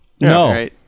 No